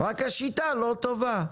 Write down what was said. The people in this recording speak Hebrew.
רק השיטה לא טובה.